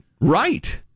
Right